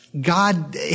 God